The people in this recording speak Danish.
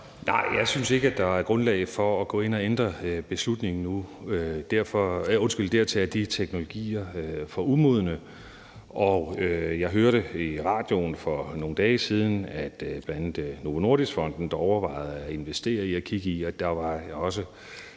Nej, jeg synes ikke, der er grundlag for at gå ind og ændre beslutningen nu. Dertil er de teknologier for umodne. Jeg hørte i radioen for nogle dage siden, at bl.a. Novo Nordisk Fonden overvejede at investere i det og kigge på det, og